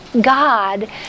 God